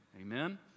Amen